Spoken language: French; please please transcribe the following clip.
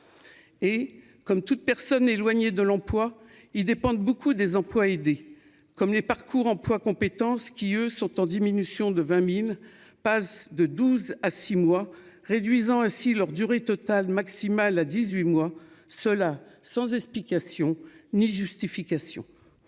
et comme toutes personnes éloignées de l'emploi, ils dépendent beaucoup des emplois aidés comme les parcours emploi Compétences qui eux sont en diminution de 20000 passe de 12 à 6 mois, réduisant ainsi leur durée totale maximale à dix-huit mois cela sans explication ni justification.